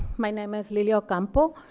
my name is lilia ocampo.